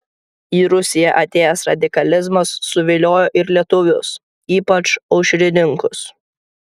į rusiją atėjęs radikalizmas suviliojo ir lietuvius ypač aušrininkus